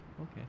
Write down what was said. okay